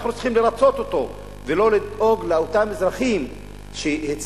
אנחנו צריכים לרצות אותו ולא לדאוג לאותם אזרחים שהצביעו,